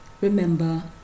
Remember